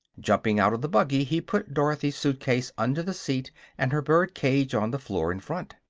jumping out of the buggy he put dorothy's suit-case under the seat and her bird-cage on the floor in front.